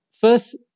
First